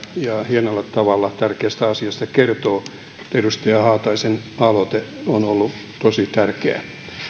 hienolla tavalla tärkeästä asiasta kertoo että edustaja haataisen aloite on ollut tosi tärkeä